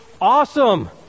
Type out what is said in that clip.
awesome